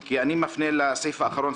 כי אני מפנה לסעיף האחרון,